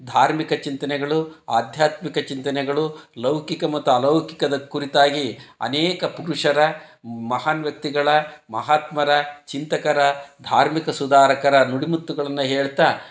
ಧಾರ್ಮಿಕ ಚಿಂತನೆಗಳು ಆಧ್ಯಾತ್ಮಿಕ ಚಿಂತನೆಗಳು ಲೌಕಿಕ ಮತ್ತು ಅಲೌಕಿಕದ ಕುರಿತಾಗಿ ಅನೇಕ ಪುರುಷರ ಮಹಾನ್ ವ್ಯಕ್ತಿಗಳ ಮಹಾತ್ಮರ ಚಿಂತಕರ ಧಾರ್ಮಿಕ ಸುಧಾರಕರ ನುಡಿ ಮುತ್ತುಗಳನ್ನು ಹೇಳ್ತಾ